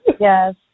Yes